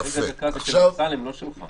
ורגע דקה זה של אמסלם, לא שלך.